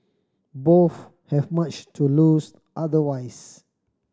both have much to lose otherwise